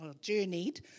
journeyed